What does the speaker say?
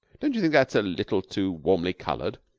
don't you think that is a little too warmly colored?